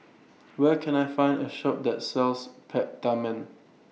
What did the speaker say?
Where Can I Find A Shop that sells Peptamen